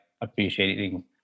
appreciating